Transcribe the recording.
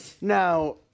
Now